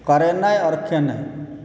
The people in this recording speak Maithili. करेनाइ आओर केनाइ